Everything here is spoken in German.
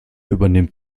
übernimmt